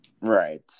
Right